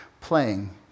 playing